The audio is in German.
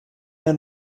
mehr